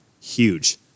huge